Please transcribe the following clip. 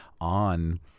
on